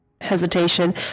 hesitation